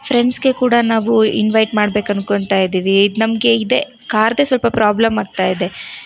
ಫ್ರೆಂಡ್ಸಿಗೆ ಕೂಡ ನಾವು ಇನ್ವಯ್ಟ್ ಮಾಡ್ಬೇಕು ಅಂದ್ಕೋತಾಯಿದ್ದೀವಿ ಇದು ನಮಗೆ ಇದೇ ಕಾರ್ದೇ ಸ್ವಲ್ಪ ಪ್ರೋಬ್ಲಮ್ ಆಗ್ತಾಯಿದೆ